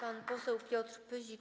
Pan poseł Piotr Pyzik,